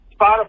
Spotify